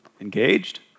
engaged